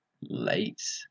late